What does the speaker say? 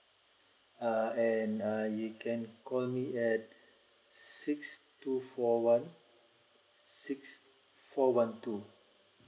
uh and uh you can call me at six two four one six four one two